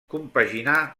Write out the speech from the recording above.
compaginà